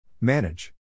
manage